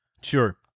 sure